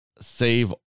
save